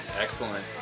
Excellent